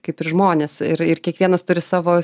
kaip ir žmonės ir ir kiekvienas turi savo